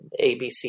ABC